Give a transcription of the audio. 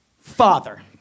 Father